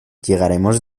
llegaremos